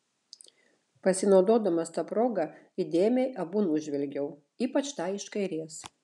pasinaudodamas ta proga įdėmiai abu nužvelgiau ypač tą iš kairės